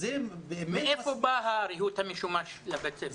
מאיפה בא הריהוט המשומש לבית הספר?